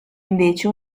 invece